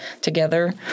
together